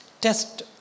Test